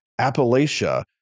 Appalachia